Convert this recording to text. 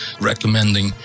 recommending